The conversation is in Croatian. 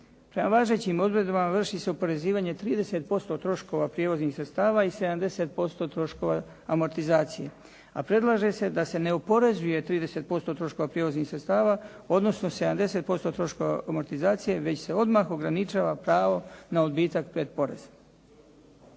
Prema važećim odredbama vrši se oporezivanje 30% troškova prijevoznih sredstava i 70% troškova amortizacije, a predlaže se da se ne oporezuje 30% troškova prijevoznih sredstava, odnosno 70% troškova amortizacije, već se odmah ograničava pravo na odbitak pretporeza.